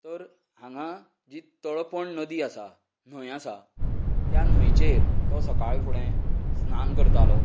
तर हांगा जी तळपण नदी आसा न्हंय आसा त्या न्हंयचेर तो सकाळी फुडें स्थान करतालो